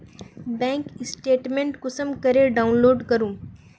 Bank statement कुंसम करे download करूम?